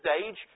stage